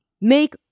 make